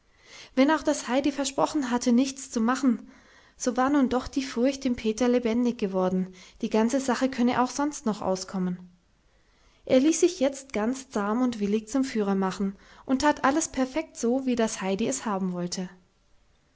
wenn auch das heidi versprochen hatte nichts zu machen so war doch nun die furcht im peter lebendig geworden die sache könnte auch sonst noch auskommen er ließ sich jetzt ganz zahm und willig zum führer machen und tat alles perfekt so wie das heidi es haben wollte